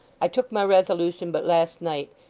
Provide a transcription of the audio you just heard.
i took my resolution but last night,